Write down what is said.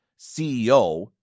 ceo